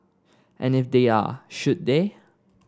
and if they are should they